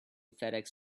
fedex